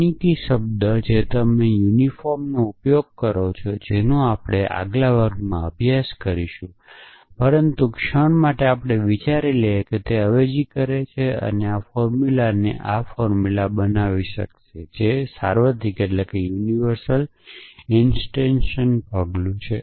તકનીકી શબ્દ જે તમે યુનિફાયર નો ઉપયોગ કરો છો જેનો આપણે આગલા વર્ગમાં અભ્યાસ કરીશું પરંતુ ક્ષણ માટે આપણે વિચારીએ કે તે એક અવેજી કરે છે જે આ ફોર્મુલાને આ ફોર્મુલાની સમાન બનાવશે જે સાર્વત્રિક ઇન્સ્ટિટેશન પગલું કરે છે